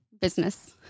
Business